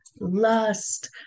lust